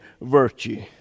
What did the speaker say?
virtue